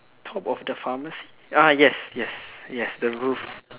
top of the pharmacy ah yes yes yes the roof